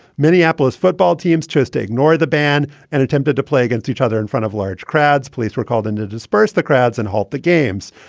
minneapolis football teams chose to ignore the ban and attempted to play against each other in front of large crowds. police were called in to disperse the crowds and halt the games.